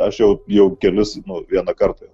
aš jau jau kelis nu vieną kartą